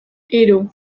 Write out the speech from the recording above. hiru